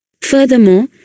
Furthermore